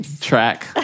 track